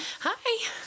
Hi